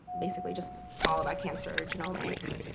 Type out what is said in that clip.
basically just all about cancer, genomics.